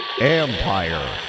Empire